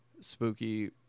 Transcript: spooky